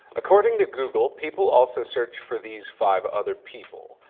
according to google, people also search for these five other people.